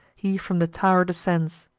he from the tow'r descends.